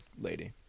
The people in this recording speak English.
lady